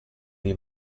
dei